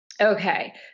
Okay